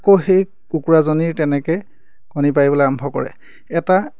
আকৌ সেই কুকুৰাজনীৰ তেনেকৈ কণী পাৰিবলৈ আৰম্ভ কৰে এটা